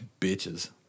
bitches